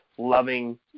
loving